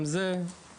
גם זה בחיתוליו,